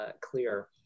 clear